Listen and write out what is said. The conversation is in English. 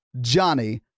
Johnny